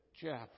Jeff